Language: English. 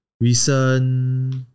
recent